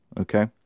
Okay